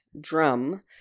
drum